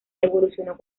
evolucionó